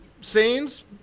Scenes